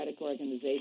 organizations